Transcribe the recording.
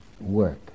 work